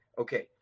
okay